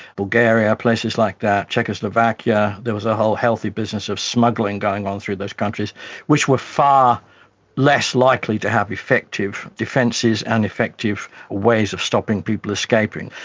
bulgaria, places like that, czechoslovakia. there was a whole healthy business of smuggling going on through those countries which were far less likely to have effective defences and effective ways of stopping people escaping,